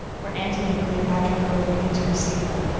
where antony and cleopatra were awaiting to receive them,